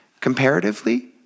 comparatively